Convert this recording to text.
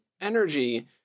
energy